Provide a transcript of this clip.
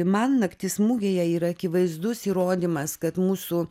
man naktis mugėje yra akivaizdus įrodymas kad mūsų